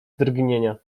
drgnienia